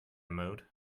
mode